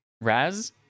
Raz